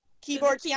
keyboard